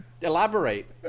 Elaborate